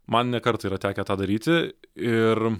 man ne kartą yra tekę tą daryti ir